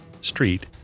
street